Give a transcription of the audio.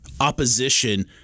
opposition